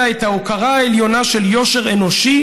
את ההוקרה העליונה של יושר אנושי,